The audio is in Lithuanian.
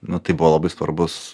nu tai buvo labai svarbus